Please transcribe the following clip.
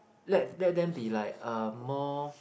let let them be like uh more